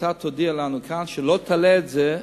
שאתה תודיע לנו כאן, שלא תעלה את זה,